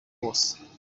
wose